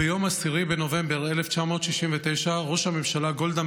ביום 10 בנובמבר 1969 ראש הממשלה גולדה